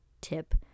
tip